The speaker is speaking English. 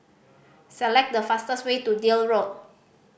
select the fastest way to Deal Road